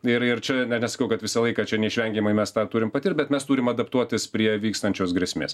ir ir čia ne nesakau kad visą laiką čia neišvengiamai mes tą turim patirt bet mes turim adaptuotis prie vykstančios grėsmės